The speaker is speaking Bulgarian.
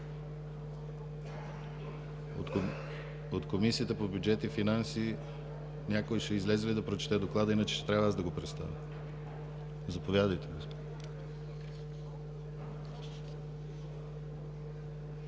от Комисията по бюджет и финанси ще излезе ли да прочете доклада? Иначе ще трябва аз да го представя. Заповядайте,